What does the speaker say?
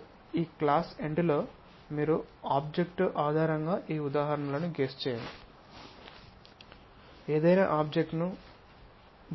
కాబట్టి ఈ class end లో మీరు ఆబ్జెక్ట్ ఆధారంగా ఈ ఉదాహరణలను గెస్ చేయండి ఏదైనా ఆబ్జెక్ట్ ను